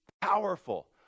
powerful